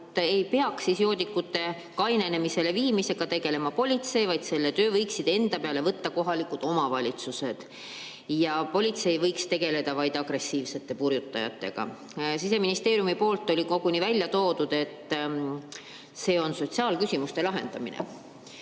ei peaks joodikuid kainenema viima politsei, vaid selle töö võiksid enda peale võtta kohalikud omavalitsused. Ja politsei võiks tegeleda vaid agressiivsete purjutajatega. Siseministeerium oli koguni välja toonud, et kainenema viimine on sotsiaalküsimuste lahendamine.